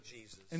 Jesus